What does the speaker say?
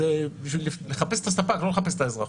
אז זב בשביל לחפש את הספק לא את האזרח.